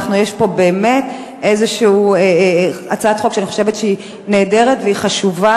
יש פה באמת הצעת חוק שאני חושבת שהיא נהדרת והיא חשובה,